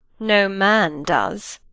no man does.